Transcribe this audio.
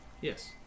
Yes